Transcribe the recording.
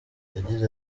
yagize